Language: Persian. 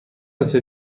متر